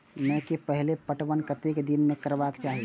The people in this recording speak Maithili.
मकेय के पहिल पटवन कतेक दिन में करबाक चाही?